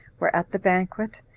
were at the banquet,